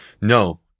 No